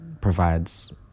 provides